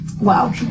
wow